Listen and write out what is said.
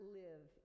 live